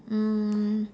um